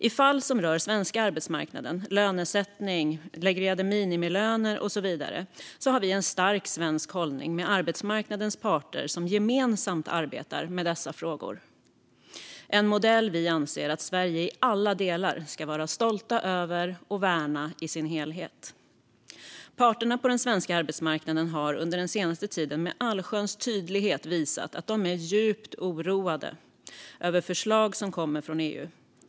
I fall som rör den svenska arbetsmarknaden, lönesättning, reglerade minimilöner och så vidare har vi en stark svensk hållning med arbetsmarknadens parter som gemensamt arbetar med dessa frågor. Det är en modell som vi anser att Sverige i alla delar ska vara stolta över och värna i dess helhet. Parterna på den svenska arbetsmarknaden har under den senaste tiden med all tydlighet visat att de är djupt oroade över förslag som kommer från EU.